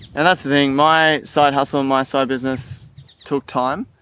and that's the thing, my side hustle and my side business took time,